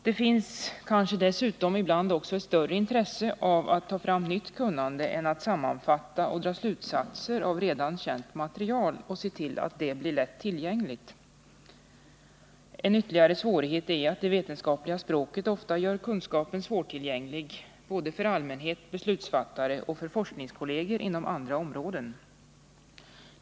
Det finns dessutom ofta ett större intresse för att ta fram nytt kunnande än för att sammanfatta och dra slutsatser av ett redan känt material och se till att det blir lätt tillgängligt. En ytterligare svårighet är att det vetenskapliga språket ofta gör kunskapen svårtillgänglig både för allmänhet, beslutsfattare och forskningskolleger inom andra områden.